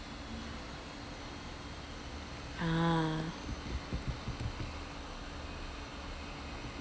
ah